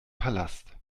palast